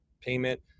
payment